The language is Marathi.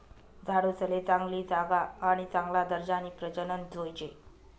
झाडूसले चांगली जागा आणि चांगला दर्जानी प्रजनन जोयजे